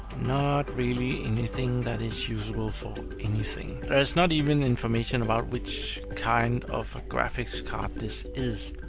not really anything that is usable for anything. there's not even information about which kind of graphics card this is,